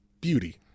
beauty